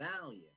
value